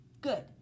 Good